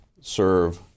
serve